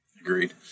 Agreed